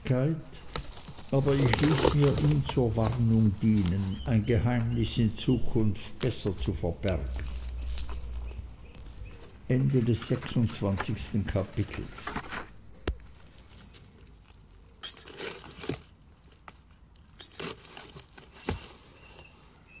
aber ich ließ mir ihn zur warnung dienen ein geheimnis in zukunft besser zu verbergen